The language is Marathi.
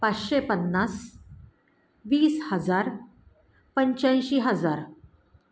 पाचशे पन्नास वीस हजार पंच्याऐंशी हजार